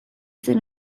zen